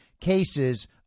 cases